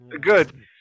good